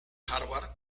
harvard